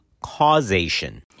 causation